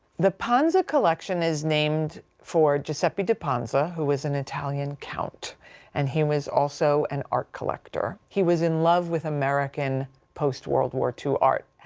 the panza collection is named for giuseppe di panza who is an italian count and he was also an art collector. he was in love with american post world war ii art.